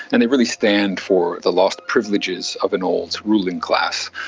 and they really stand for the lost privileges of an old ruling class.